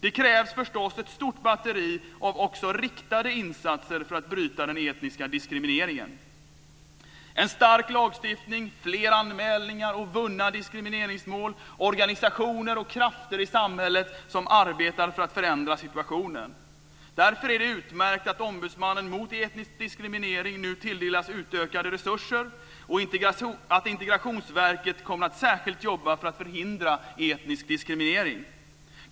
Det krävs förstås ett stort batteri av också riktade insatser för att bryta den etniska diskrimineringen - en stark lagstiftning, fler anmälningar och vunna diskrimineringsmål, organisationer och krafter i samhället som arbetar för att förändra situationen. Därför är det utmärkt att Ombudsmannen mot etnisk diskriminering nu tilldelas utökade resurser och att Integrationsverket kommer att särskilt jobba för att förhindra etnisk diskriminering.